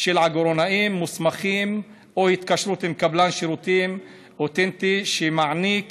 של עגורנאים מוסמכים או התקשרות עם קבלן שירותים אותנטי שמעניק